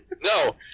No